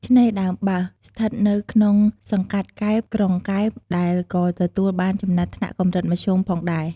ឆ្នេរដើមបើស ស្ថិតនៅក្នុងសង្កាត់កែប ក្រុងកែប ដែលក៏ទទួលបានចំណាត់ថ្នាក់ "កម្រិតមធ្យម" ផងដែរ។